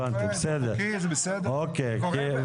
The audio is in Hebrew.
זה חוקי, זה בסדר, זה קורה.